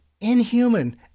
inhuman